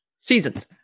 seasons